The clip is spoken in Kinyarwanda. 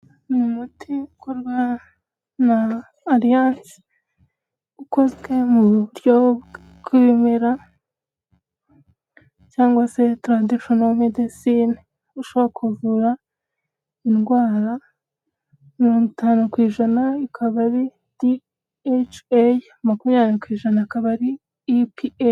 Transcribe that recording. Ni umuti ukorwa na Alliance, ukozwe mu buryo bw’ibimera cyangwa se traditional medicine. Ushobora kuvura indwara mirongo itanu kw’ijana ikaba ari DHA, makumyabiri kw’ijana akaba ari EPA.